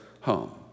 home